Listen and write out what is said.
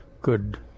good